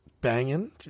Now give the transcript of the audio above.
banging